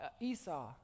Esau